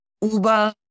uber